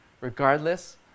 regardless